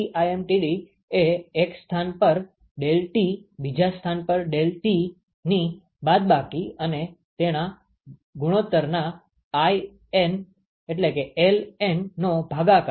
∆Tlmtd એ એક સ્થાન પર ∆T બીજા સ્થાન પર ∆T ની બાદબાકી અને તેના ગુણોતરના lnનો ભાગાકાર છે